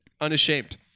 Unashamed